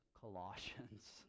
colossians